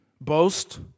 boast